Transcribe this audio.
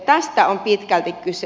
tästä on pitkälti kyse